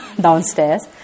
downstairs